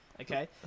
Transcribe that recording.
okay